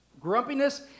Grumpiness